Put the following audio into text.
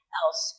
else